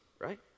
right